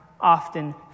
often